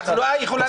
תחלואה יכולה